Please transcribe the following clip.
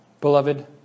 Beloved